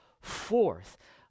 forth